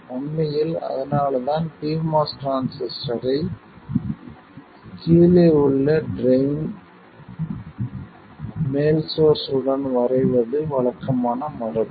உண்மையில் அதனால்தான் pMOS டிரான்சிஸ்டரை கீழே உள்ள ட்ரைன் மேல் சோர்ஸ் உடன் வரைவது வழக்கமான மரபு